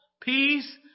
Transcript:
peace